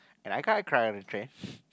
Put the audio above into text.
and I kind of cry on the train